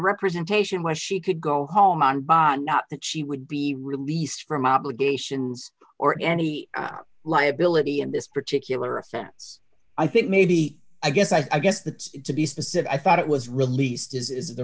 representation was she could go home on bond not that she would be released from obligations or any liability in this particular offense i think maybe i guess i guess that to be specific i thought it was released as is the